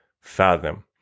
fathom